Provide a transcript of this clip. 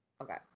Okay